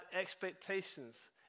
expectations